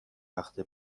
وقته